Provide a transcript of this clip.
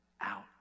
out